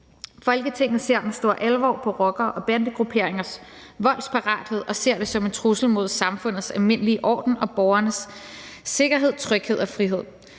»Folketinget ser med stor alvor på rockere og bandegrupperingers voldsparathed og ser det som en trussel mod samfundets almindelige orden og borgernes sikkerhed, tryghed og frihed.